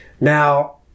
Now